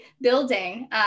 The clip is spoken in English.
building